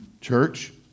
church